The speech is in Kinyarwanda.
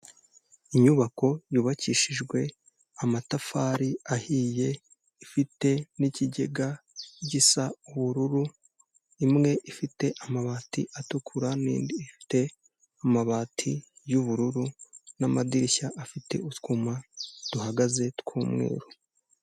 Inyubako yubakishijwe amatafari ahiye ifite n'ikigega gisa ubururu, imwe ifite amabati atukura n'indi ifite amabati y'ubururu n'amadirishya afite utwuma duhagaze tw'umweru.